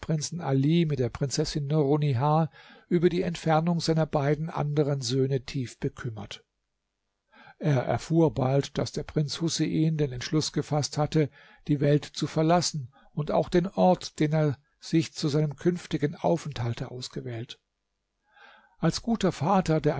ali mit der prinzessin nurunnihar über die entfernung seiner beiden anderen söhne tief bekümmert er erfuhr bald daß der prinz husein den entschluß gefaßt hatte die welt zu verlassen und auch den ort den er sich zu seinem künftigen aufenthalte ausgewählt als guter vater der